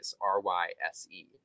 R-Y-S-E